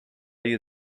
you